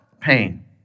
pain